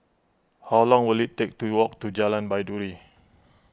how long will it take to walk to Jalan Baiduri